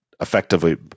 effectively